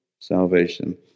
salvation